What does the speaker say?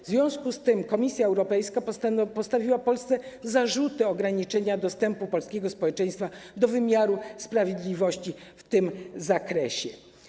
W związku z tym Komisja Europejska postawiła Polsce zarzuty ograniczenia dostępu polskiego społeczeństwa do wymiaru sprawiedliwości w tym zakresie.